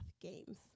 Games